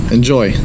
Enjoy